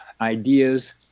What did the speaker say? ideas